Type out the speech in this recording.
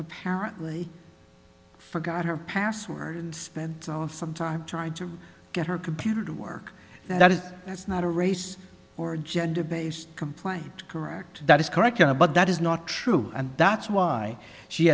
apparently forgot her password and spent some time trying to get her computer to work that is that's not a race or gender based complaint correct that is correct but that is not true and that's why she